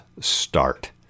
start